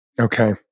Okay